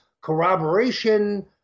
corroboration